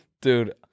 Dude